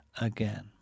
again